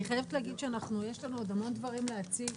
אני חייבת להגיד שיש לנו עוד המון דברים להציג